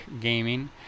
Gaming